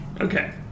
Okay